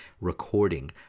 recording